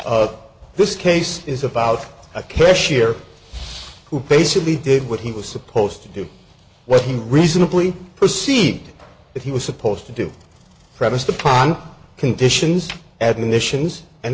of this case is about a cashier who basically did what he was supposed to do what he reasonably proceed that he was supposed to do premised upon conditions admonitions and